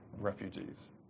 refugees